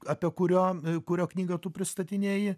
apie kurio kurio knygą tu pristatinėji